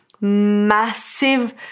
massive